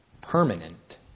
permanent